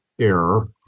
error